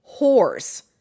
whores